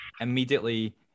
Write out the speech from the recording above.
immediately